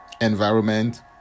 environment